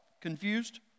confused